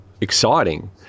exciting